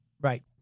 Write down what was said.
Right